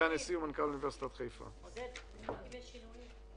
כל ההתחייבות משולמות.